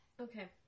okay